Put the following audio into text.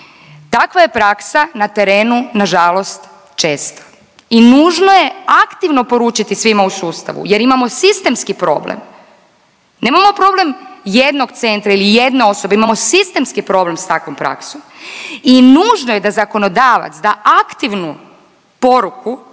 Takva je praksa na terenu nažalost česta i nužno je aktivno poručiti svima u sustavu jer imamo sistemski problem, nemamo problem jednog centra ili jedne osobe imamo sistemski problem s takvom praksom i nužno je da zakonodavac da aktivnu poruku